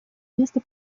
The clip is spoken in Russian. место